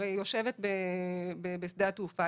הרי היא יושבת בשדה התעופה,